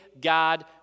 God